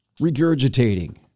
regurgitating